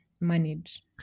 manage